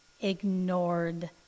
ignored